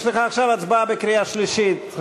יש לך עכשיו הצבעה בקריאה שלישית,